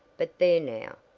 but there now,